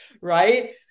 Right